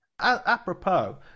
Apropos